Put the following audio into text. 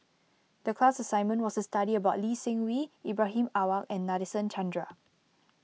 the class assignment was to study about Lee Seng Wee Ibrahim Awang and Nadasen Chandra